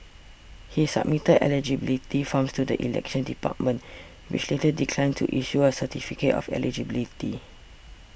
he submitted eligibility forms to the Elections Department which later declined to issue a certificate of eligibility